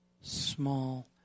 small